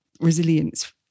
resilience